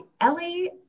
Ellie